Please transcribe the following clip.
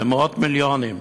מאות מיליונים,